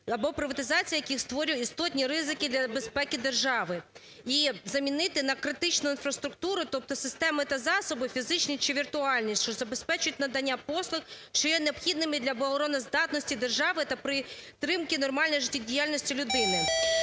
або приватизація яких створює істотні ризики для безпеки держави, і замінити на критичну інфраструктуру, тобто системи та засоби, фізичні чи віртуальні, що забезпечать надання послуг, що є необхідними для обороноздатності держави та підтримки нормальної життєдіяльності людини.